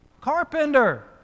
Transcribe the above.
Carpenter